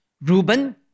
Reuben